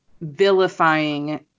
vilifying